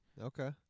Okay